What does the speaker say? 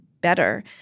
better